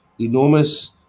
enormous